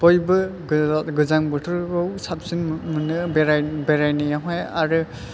बयबो गोजां बोथोरखौ साबसिन मोनो बेराय बेरायनायावहाय आरो